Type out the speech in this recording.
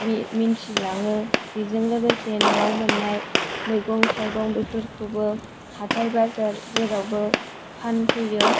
मि मिनथिलाङो बेजों लोगोसे न'आव मोननाय मेगं थाइगं बेफोरखौबो हाथाय बाजार जेरावबो फानफैयो